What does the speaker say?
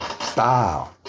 Style